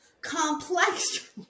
Complex